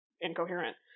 incoherent